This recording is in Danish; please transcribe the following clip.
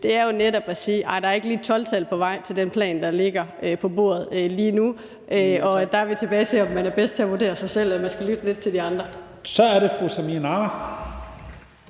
er jo netop at sige, at nej, der er ikke lige et 12-tal på vej til den plan, der ligger på bordet lige nu. Der er vi tilbage til, om man er bedst til at vurdere sig selv, eller om man skal lytte lidt til de andre. Kl. 12:00 Første